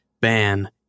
ban